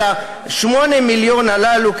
על 8 המיליון הללו,